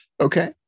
Okay